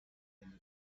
ende